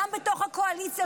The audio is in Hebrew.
גם בתוך הקואליציה,